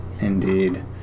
Indeed